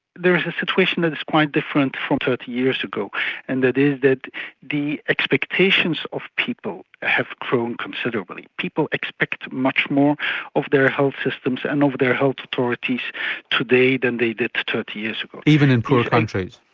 there is a situation that is quite different from thirty years ago and that is that the expectations of people have grown considerably. people expect much more of their health systems and of the health authorities today than they did thirty years ago. even in poorer countries?